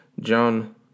John